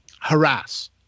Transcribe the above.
harass